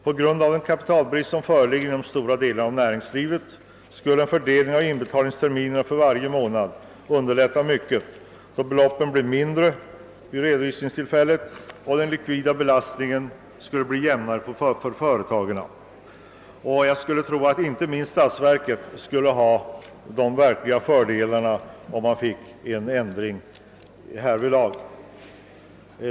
På grund av den kapitalbrist som föreligger inom stora delar av näringslivet skulle en uppdelning av inbetalningsterminerna på varje månad underlätta mycket, eftersom det belopp som skall inbetalas vid redovisningstillfället då skulle bli mindre och likviditetsbelastningen på företaget därmed jämnare. Jag skulle tro att inte minst statsverket skulle ha fördel av en ändring härvidlag.